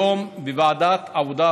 אישרנו היום בוועדת העבודה,